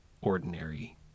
ordinary